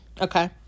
okay